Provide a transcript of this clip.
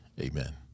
Amen